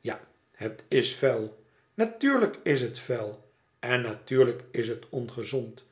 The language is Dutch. ja het is vuil natuurlijk is bet vuil en natuurlijk is het ongezond